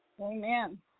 Amen